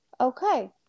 Okay